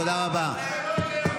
תודה רבה,